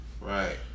Right